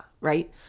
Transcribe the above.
Right